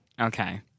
Okay